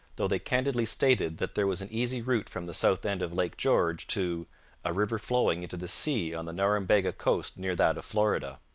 though they candidly stated that there was an easy route from the south end of lake george to a river flowing into the sea on the norumbega coast near that of florida